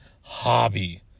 hobby